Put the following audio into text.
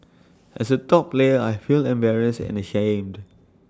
as A top player I feel embarrassed and ashamed